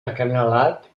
acanalat